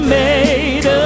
made